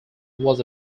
was